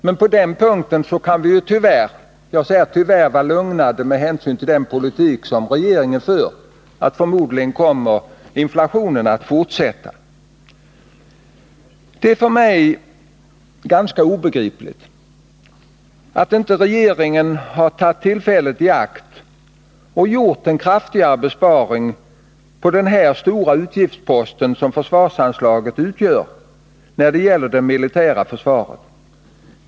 Men på den punkten kan vi tyvärr — jag säger tyvärr— vara lugna med tanke på den politik som regeringen för; förmodligen kommer inflationen att fortsätta. Det är för mig ganska obegripligt att regeringen inte tagit tillfället i akt att göra en kraftigare besparing på den stora utgiftspost som försvarsanslaget utgör när det gäller det militära försvaret.